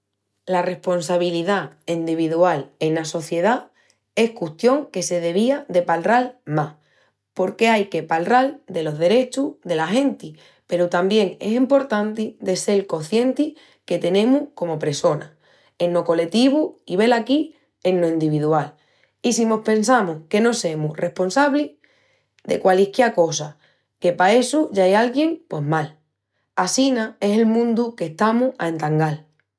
La responsabilidá endividual ena sociedá es custión que se devía de palral más. Porque ai que palral delos derechus dela genti peru tamién es emportanti de sel coscientis que tenemus comu pressonas, eno coletivu i, velaquí, eno endividual. I si mos pensamus que no semus responsablis de qualisquiá cosa porque pa essu ya ai alguíén pos mal. Assina es el mundu qu'estamus a entangal...